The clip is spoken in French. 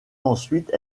ensuite